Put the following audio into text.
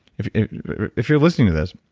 if if you're listening to this,